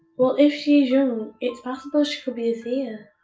well, if she's young it's possible she could be a seer.